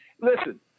Listen